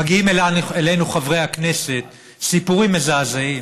מגיעים אלינו, חברי הכנסת, סיפורים מזעזעים,